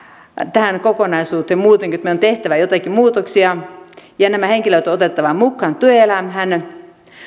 tähän kokonaisuuteen muuten kuin että meidän on tehtävä joitakin muutoksia ja nämä henkilöt otettava mukaan työelämään